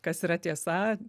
kas yra tiesa